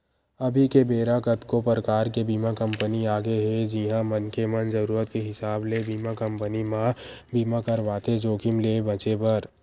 अभी के बेरा कतको परकार के बीमा कंपनी आगे हे जिहां मनखे मन जरुरत के हिसाब ले बीमा कंपनी म बीमा करवाथे जोखिम ले बचें बर